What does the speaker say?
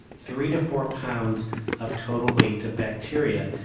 three to four pounds of total weight of bacteria,